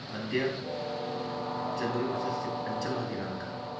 अद्य जनवरीमासस्य पञ्चमः दिनाङ्कः